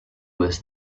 was